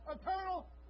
eternal